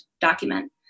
document